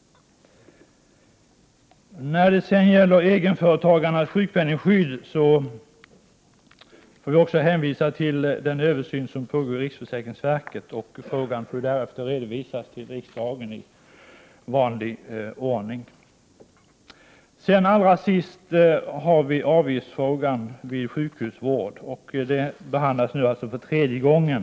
När det gäller egenföretagarnas sjukpenningskydd, får vi hänvisa till den översyn som pågår i riksförsäkringsverket. Frågan får därefter redovisas till riksdagen i vanlig ordning. Jag vill även ta upp frågan om avgift vid sjukhusvård. Den behandlas nu för tredje gången.